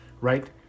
right